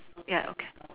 ya okay